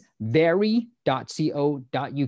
very.co.uk